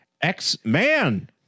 X-Man